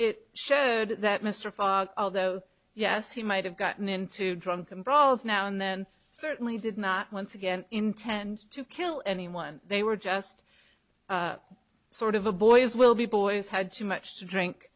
it showed that mr fogg although yes he might have gotten into drunken brawls now and then certainly did not once again intend to kill anyone they were just sort of a boys will be boys had too much to drink